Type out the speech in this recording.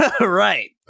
right